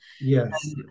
Yes